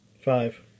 Five